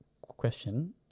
question